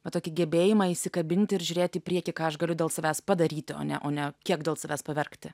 va tokį gebėjimą įsikabinti ir žiūrėti į priekį ką aš galiu dėl savęs padaryti o ne o ne kiek dėl savęs paverkti